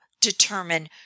determine